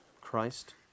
Christ